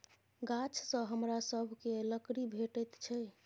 गाछसँ हमरा सभकए लकड़ी भेटैत छै